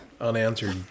unanswered